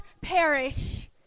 perish